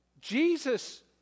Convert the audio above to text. Jesus